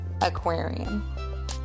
aquarium